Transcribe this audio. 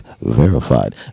verified